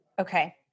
Okay